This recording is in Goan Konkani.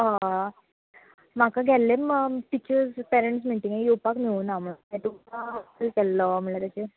हय म्हाका गेल्ले टिचर्स पेरंट्स मिटिंगेंक येवपाक मेळूना म्हणून हांवें तुमकां कॉल केल्लो म्हणल्यार अशें